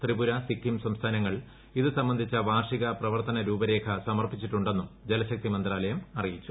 ത്രിപുര സിക്കിം സംസ്ഥാനങ്ങൾ ഇത് സംബ്രസ്ട്രിച്ച് വാർഷിക പ്രവർത്തന രൂപരേഖ സമർപ്പിച്ചിട്ടുണ്ടെന്നും ജലശ്രക്തി മന്ത്രാലയം അറിയിച്ചു